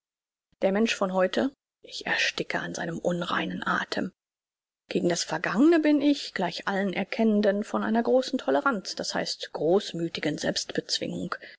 der mensch von heute ich ersticke an seinem unreinen athem gegen das vergangne bin ich gleich allen erkennenden von einer großen toleranz das heißt großmüthigen